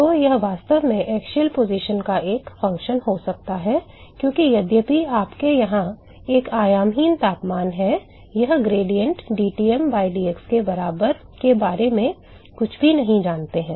तो यह वास्तव में अक्षीय स्थिति का एक कार्य हो सकता है क्योंकि यद्यपि आपके यहाँ एक आयामहीन तापमान है हम ढाल dTm by dx के बारे में कुछ भी नहीं जानते हैं